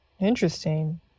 Interesting